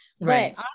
right